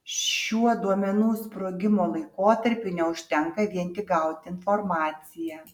šiuo duomenų sprogimo laikotarpiu neužtenka vien tik gauti informaciją